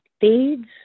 feeds